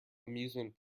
amusement